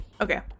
Okay